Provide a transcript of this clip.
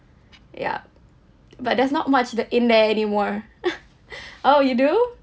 ya but there's not much the in there any more oh you do